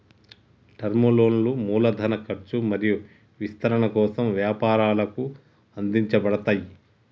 term లోన్లు మూలధన ఖర్చు మరియు విస్తరణ కోసం వ్యాపారాలకు అందించబడతయ్